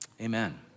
amen